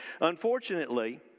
unfortunately